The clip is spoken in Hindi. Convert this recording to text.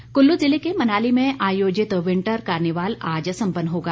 कार्निवाल कुल्लू जिले के मनाली में आयोजित विंटर कार्निवाल आज सम्पन्न होगा